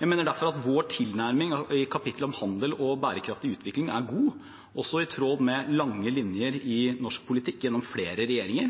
Jeg mener derfor at vår tilnærming i kapitlet om handel og bærekraftig utvikling er god, og også i tråd med lange linjer i norsk politikk, gjennom flere regjeringer.